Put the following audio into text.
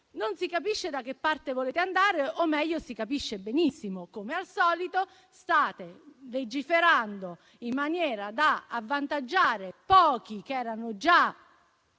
non si capisce da che parte volete andare o, meglio, si capisce benissimo: come al solito, state legiferando in maniera da avvantaggiare pochi, che erano già